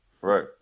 Right